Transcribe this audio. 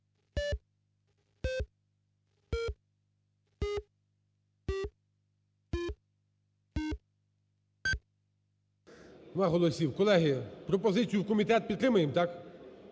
голосів. Колеги, пропозицію в комітет підтримуємо, так?